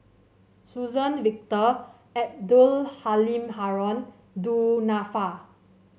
Suzann Victor Abdul Halim Haron Du Nanfa